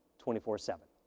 twenty four seven.